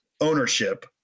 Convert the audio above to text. ownership